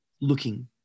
looking